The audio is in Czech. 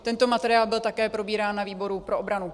Tento materiál byl také probírán na výboru pro obranu.